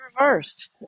reversed